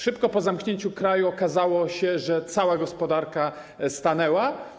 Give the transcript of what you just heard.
Szybko po zamknięciu kraju okazało się, że cała gospodarka stanęła.